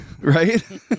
right